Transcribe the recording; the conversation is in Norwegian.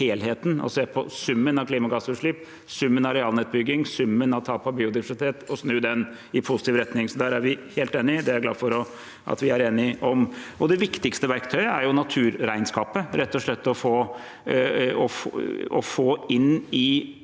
og se på summen av klimagassutslipp, summen av arealnedbygging, summen av tap av biodiversitet og snu den i positiv retning. Der er vi helt enige, og det er jeg glad for. Det viktigste verktøyet er naturregnskapet, rett og slett å få en